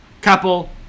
couple